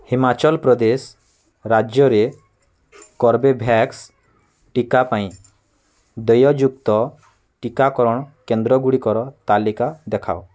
ହିମାଚଳ ପ୍ରଦେଶ ରାଜ୍ୟରେ କର୍ବେଭ୍ୟାକ୍ସ ଟିକା ପାଇଁ ଦେୟଯୁକ୍ତ ଟିକାକରଣ କେନ୍ଦ୍ରଗୁଡ଼ିକର ତାଲିକା ଦେଖାଅ